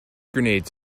grenades